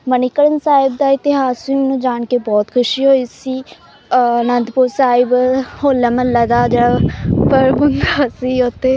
ਮਨੀਕਰਨ ਸਾਹਿਬ ਦਾ ਇਤਿਹਾਸ ਵੀ ਮੈਨੂੰ ਜਾਣ ਕੇ ਬਹੁਤ ਖੁਸ਼ੀ ਹੋਈ ਸੀ ਅਨੰਦਪੁਰ ਸਾਹਿਬ ਹੋਲਾ ਮੁਹੱਲਾ ਦਾ ਜਿਹੜਾ ਪਰਬ ਸੀ ਉੱਥੇ